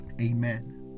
Amen